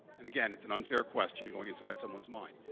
and again it's an unfair question. you're going inside someone's mind.